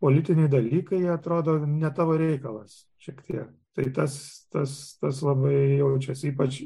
politiniai dalykai atrodo ne tavo reikalas šiek tiek tai tas tas tas labai jaučiasi ypač